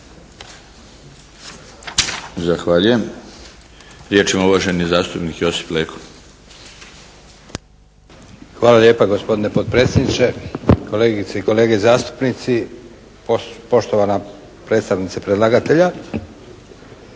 Zahvaljujem. Riječ ima uvaženi zastupnik Josip Leko. **Leko, Josip (SDP)** Hvala lijepa gospodine potpredsjedniče. Kolegice i kolege zastupnici, poštovana predstavnice predlagatelja